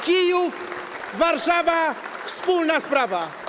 Kijów, Warszawa - wspólna sprawa.